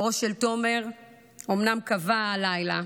אורו של תומר אומנם כבה הלילה,